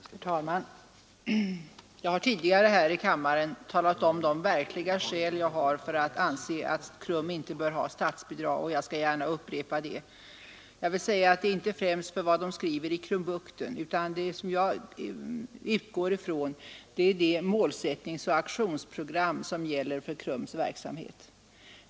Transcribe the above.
Herr talman! Jag har tidigare här i kammaren redovisat de verkliga skälen till att jag anser att KRUM inte bör ha statsbidrag, och jag skall gärna upprepa dem. Jag tänker inte främst på vad man skriver i Krumbukten, utan det jag utgår ifrån är det målsättningsoch aktionsprogram som gäller för KRUM:s verksamhet.